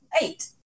Eight